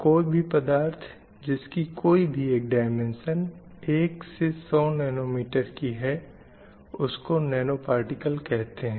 कोई भी पदार्थ जिसकी कोई भी एक डाईमेन्सन 1 100 नैनमीटर की हो उसको नैनो पार्टिकल कहते है